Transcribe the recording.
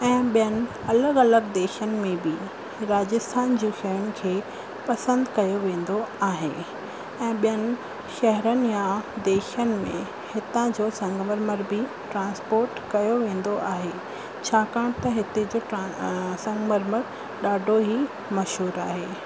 ऐं ॿियनि अलॻि अलॻि देशनि में बि राजस्थान जी शयुनि खे पसंदि कयो वेंदो आहे ऐं ॿियनि शहरनि या देशनि में हितां जो संगमरमर बि ट्रांसपोट कयो वेंदो आहे छाकाणि त हिते जो ट्रा संगमरमर ॾाढो ई मशहूर आहे